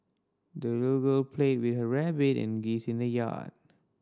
the little girl played with her rabbit and geese in the yard